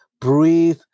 breathe